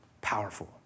Powerful